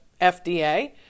FDA